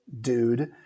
dude